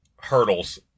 hurdles